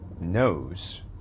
knows